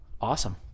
Awesome